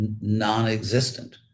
non-existent